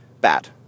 bad